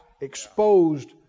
exposed